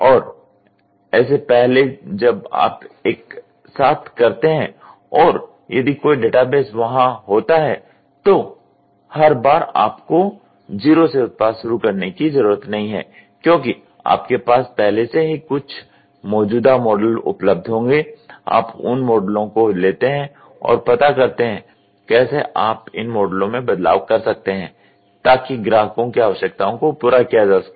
और सेसे पहले जब आप एक साथ ऐसा करते हैं और यदि कोई डेटाबेस वहां होता है तो हर बार आपको जीरो से उत्पाद शुरू करने कि जरुरत नहीं हैं क्योंकि आपके पास पहले से ही कुछ मौजूदा मॉडल उपलब्ध होंगे आप उन मॉडलों को लेते हैं और पता करते हैं कि कैसे आप इन मॉडलों में बदलाव कर सकते हैं ताकि ग्राहकों की आवश्यकताओं को पूरा किया जा सके